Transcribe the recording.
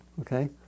okay